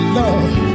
love